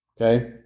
Okay